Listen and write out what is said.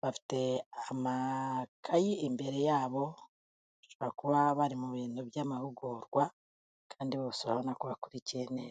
bafite amakayi imbere yabo bashobora kuba bari mu bintu by'amahugurwa kandi bose urabona ko bakurikiye neza.